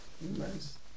Nice